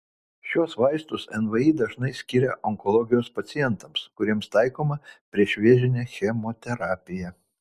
šiuos vaistus nvi dažnai skiria onkologijos pacientams kuriems taikoma priešvėžinė chemoterapija